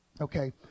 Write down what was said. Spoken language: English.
Okay